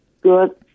good